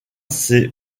ses